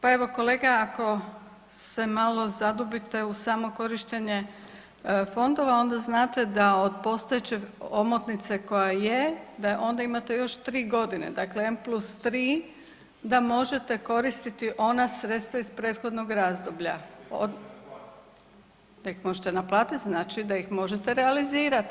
Pa evo kolega ako se malo zadubite u samo korištenje fondova onda znate da od postojeće omotnice koja je da onda imate još tri godine, dakle N+3 da možete koristiti ona sredstva iz prethodnog razdoblja … [[Upadica se ne razumije.]] da ih možete naplatiti znači da ih možete realizirati.